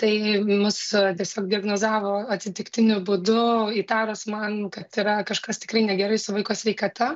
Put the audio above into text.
tai mus tiesiog diagnozavo atsitiktiniu būdu įtarus man kad yra kažkas tikrai negerai su vaiko sveikata